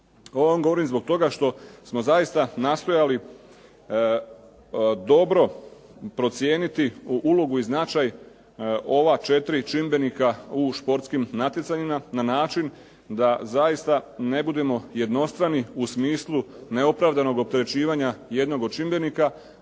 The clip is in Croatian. Ovo vam govorim zbog toga što smo zaista nastojali dobro procijeniti ulogu i značaj ova četiri čimbenika u športskim natjecanjima na način da zaista ne budemo jednostrani u smislu neopravdanog opterećivanja jednog od čimbenika,